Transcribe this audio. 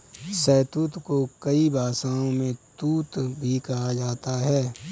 शहतूत को कई भाषाओं में तूत भी कहा जाता है